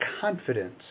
confidence